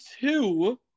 two